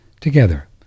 together